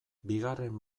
bigarren